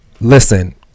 listen